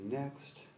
Next